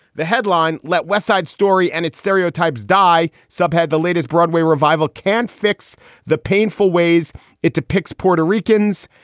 the headline let west side story and its stereotypes die subhead. the latest broadway revival can fix the painful ways it depicts puerto ricans,